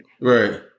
Right